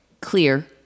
Clear